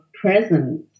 presence